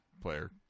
player